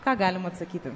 ką galim atsakyti